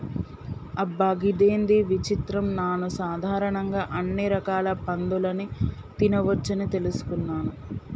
అబ్బ గిదేంది విచిత్రం నాను సాధారణంగా అన్ని రకాల పందులని తినవచ్చని తెలుసుకున్నాను